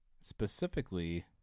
specifically